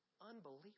Unbelievable